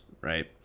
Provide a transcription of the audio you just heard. Right